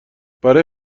برای